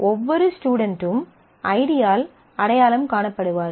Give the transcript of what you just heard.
ஒவ்வொரு ஸ்டுடென்ட்டும் ஐடியால் அடையாளம் காணப்படுவார்கள்